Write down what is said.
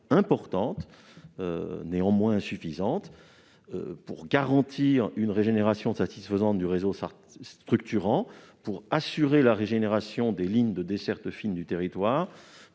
importante, mais insuffisante pour garantir une régénération satisfaisante du réseau structurant et la régénération des lignes de desserte fine du territoire,